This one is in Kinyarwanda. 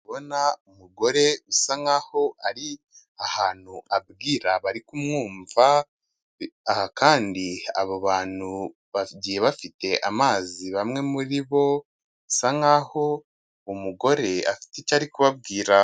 Urabona umugore usa nkaho ari ahantu abwira bari kumwumva, aha kandi abo bantu bagiye bafite amazi bamwe muribo; basa nkaho umugore afite icyo ari kubabwira.